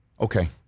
Okay